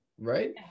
right